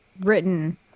written